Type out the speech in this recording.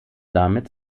damit